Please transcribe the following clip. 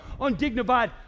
undignified